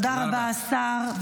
תודה רבה, השר.